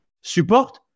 support